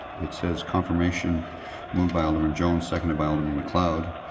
it says confirmation moved by alderman jones, seconded by alderman macleod.